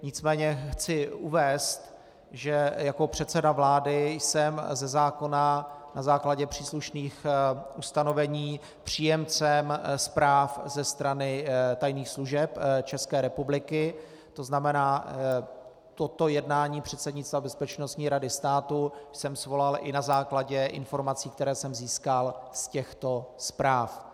Nicméně chci uvést, že jako předseda vlády jsem ze zákona na základě příslušných ustanovení příjemcem zpráv ze strany tajných služeb České republiky, to znamená, toto jednání předsednictva Bezpečnostní rady státu jsem svolal i na základě informací, které jsem získal z těchto zpráv.